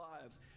lives